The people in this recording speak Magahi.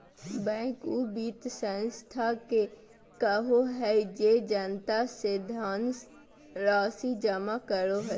बैंक उ वित संस्था के कहो हइ जे जनता से धनराशि जमा करो हइ